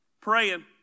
praying